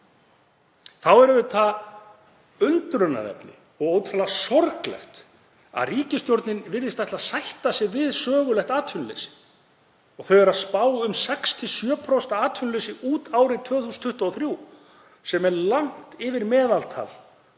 Þá er það undrunarefni og ótrúlega sorglegt að ríkisstjórnin virðist ætla að sætta sig við sögulegt atvinnuleysi. Þau eru að spá um 6–7% atvinnuleysi út árið 2023 sem er langt yfir meðaltal